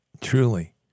truly